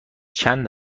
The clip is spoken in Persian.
چند